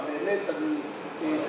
אבל באמת אני,